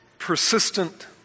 persistent